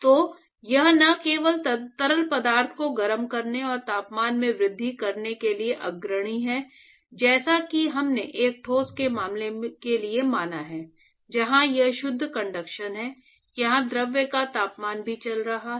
तो यह न केवल तरल पदार्थ को गर्म करने और तापमान में वृद्धि करने के लिए अग्रणी है जैसा कि हमने एक ठोस के मामले के लिए माना है जहां यह शुद्ध कंडक्शन है यहां द्रव का तापमान भी चल रहा है